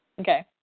Okay